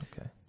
Okay